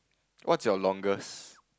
what's your longest